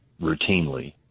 routinely